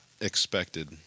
expected